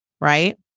right